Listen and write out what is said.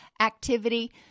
activity